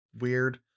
weird